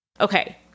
Okay